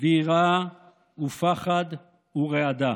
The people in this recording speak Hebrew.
ויראה ופחד ורעדה,